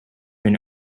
been